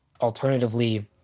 alternatively